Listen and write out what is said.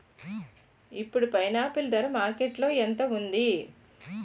ఇప్పుడు పైనాపిల్ ధర మార్కెట్లో ఎంత ఉంది?